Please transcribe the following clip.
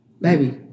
Baby